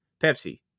Pepsi